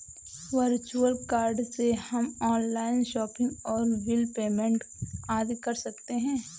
virtual card से हम online shopping और बिल पेमेंट आदि कर सकते है